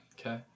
Okay